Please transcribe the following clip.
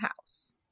house